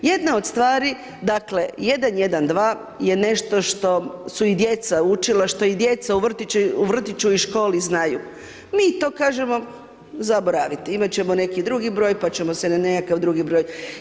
Jedna od stvari, dakle 112 je nešto što su i djeca učila, što i djeca u vrtiću i školi znaju, mi to kažemo zaboravite, imati ćemo neki drugi broj pa ćemo se na nekakav drugi broj.